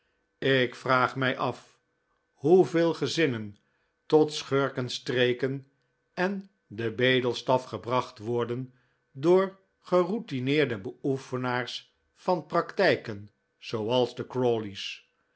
ik vraag mij af hoeveel gezinnen tot schurkenstreken en den bedelstaf gebracht worden door geroutineerde beoefenaars van praktijken zooals de